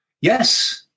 Yes